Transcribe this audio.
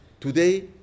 today